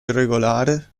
irregolare